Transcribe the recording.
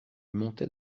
montait